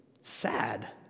sad